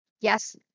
Yes